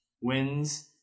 wins